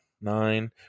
nine